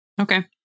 Okay